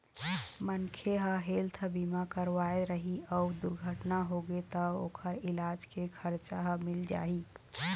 मनखे ह हेल्थ बीमा करवाए रही अउ दुरघटना होगे त ओखर इलाज के खरचा ह मिल जाही